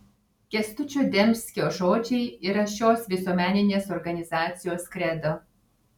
kęstučio demskio žodžiai yra šios visuomeninės organizacijos kredo